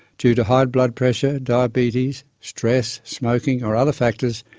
due to high blood pressure, diabetes, stress, smoking, or other factors,